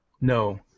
No